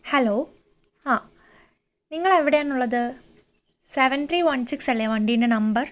hello അ നിങ്ങൾ എവിടെയാണെന്നുള്ളത് സെവൻ ത്രീ വൺ സിക്സ് അല്ലേ വണ്ടിൻ്റെ നമ്പർ